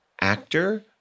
actor